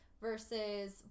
versus